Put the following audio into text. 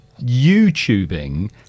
YouTubing